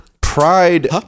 pride